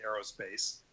aerospace